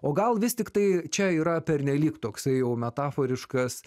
o gal vis tiktai čia yra pernelyg toksai jau metaforiškas